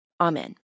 Amen